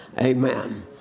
amen